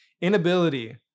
inability